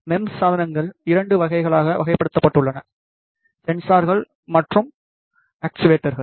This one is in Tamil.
மெம்ஸ் சாதனங்கள் 2 வகைகளாக வகைப்படுத்தப்பட்டுள்ளன சென்சார்கள் மற்றும் ஆக்சுவேட்டர்கள்